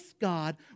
God